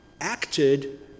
acted